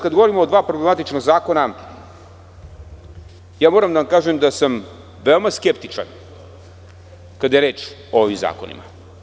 Kad govorimo o dva problematična zakona, moram da vam kažem da sam veoma skeptičan kada je reč o ovim zakonima.